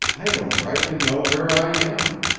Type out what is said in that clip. i don't rightly know where i am.